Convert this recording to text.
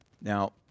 Now